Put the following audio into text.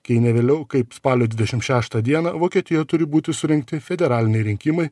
kai ne vėliau kaip spalio dvidešimt šeštą dieną vokietijoje turi būti surengti federaliniai rinkimai